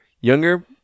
younger